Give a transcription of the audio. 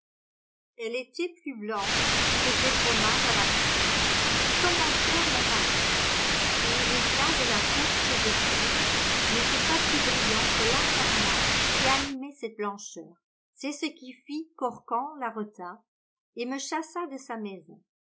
elle était plus blanche que ces fromages à la crème qui commencèrent mon malheur et l'éclat de la pourpre de tyr n'était pas plus brillant que l'incarnat qui animait cette blancheur c'est ce qui fit qu'orcan la retint et me chassa de sa maison